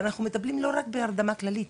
אבל אנחנו מטפלים לא רק בהרדמה כללית,